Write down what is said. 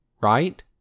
right